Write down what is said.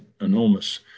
enormous